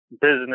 business